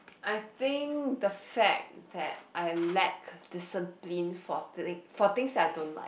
I think the fact that I lack discipline for thi~ for things that I don't like